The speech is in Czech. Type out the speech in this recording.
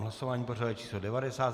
Hlasování pořadové číslo 90.